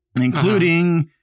including